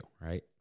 right